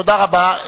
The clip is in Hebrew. תודה רבה.